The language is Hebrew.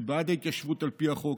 אני בעד ההתיישבות על פי החוק,